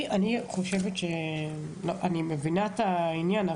אני מבינה את העניין,